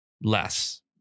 less